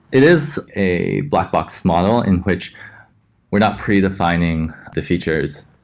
it is a black box model in which we're not pre-defining the features,